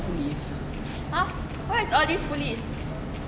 !huh! what is all these polis